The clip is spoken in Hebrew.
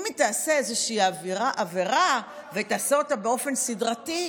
אם היא תעשה איזושהי עברה ותעשה אותה באופן סדרתי,